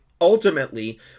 ultimately